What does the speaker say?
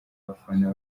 abafana